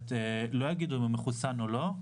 לא יגידו אם הוא מחוסן או לא,